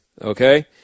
Okay